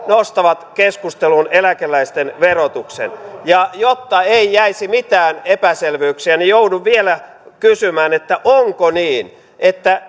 nostavat keskusteluun eläkeläisten verotuksen jotta ei jäisi mitään epäselvyyksiä joudun vielä kysymään onko niin että